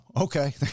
okay